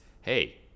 hey